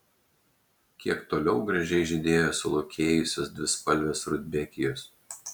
kiek toliau gražiai žydėjo sulaukėjusios dvispalvės rudbekijos